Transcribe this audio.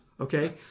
okay